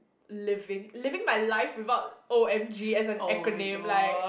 living living my life without O_M_G as an acronym like